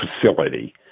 facility